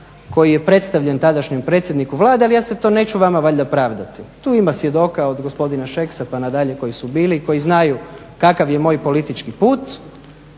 koji je predstavljen tadašnjem predsjedniku Vlade, ali ja se to neću vama valjda pravdati. Tu ima svjedoka, od gospodina Šeksa pa na dalje koji su bili, koji znaju kakav je moj politički put,